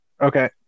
Okay